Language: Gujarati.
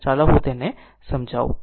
તો ચાલો હું તેને સમજાવું